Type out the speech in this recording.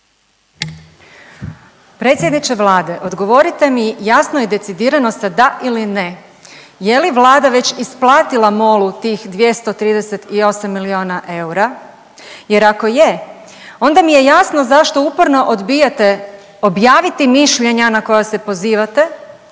Predsjedniče Vlade odgovorite mi jasno i decidirano sa da ili ne, je li Vlada već isplatila Molu tih 238 milijuna eura jer ako je onda mi je jasno zašto uporno odbijate objaviti mišljenja na koja se pozivate